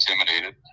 intimidated